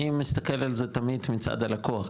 אני מסתכל על זה תמיד מצד הלקוח,